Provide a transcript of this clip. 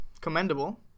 commendable